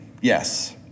yes